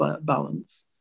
balance